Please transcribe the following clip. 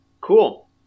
cool